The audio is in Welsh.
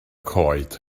coed